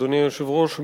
אדוני היושב-ראש,